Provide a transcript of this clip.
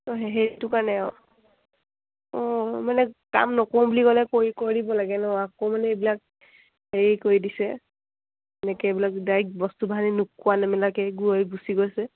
অঁ সেইটো কাৰণে আৰু অঁ মানে কাম নকৰোঁ বুলি ক'লে কৰি কৈ দিব লাগে ন আকৌ মানে এইবিলাক হেৰি কৰি দিছে এনেকৈ এইবিলাক ডাইৰেক্ট বস্তু বাহানি নি নোকোৱা নেমেলাকৈ গৈ গুচি গৈছে